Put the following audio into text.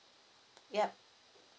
yup